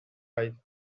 ice